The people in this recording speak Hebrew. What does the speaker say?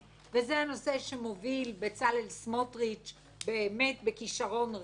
וזה הנושא שמוביל בצלאל סמוטריץ בכישרון רב באמת,